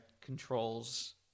controls